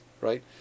right